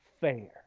fair